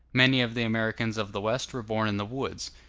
many of the americans of the west were born in the woods,